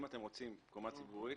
אם אתם רוצים קומה ציבורית,